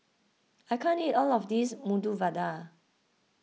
I can't eat all of this Medu Vada